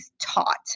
taught